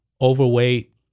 overweight